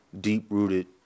deep-rooted